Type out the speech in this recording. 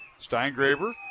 Steingraber